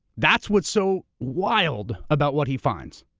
that's what's so wild about what he finds.